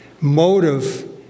Motive